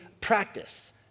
practice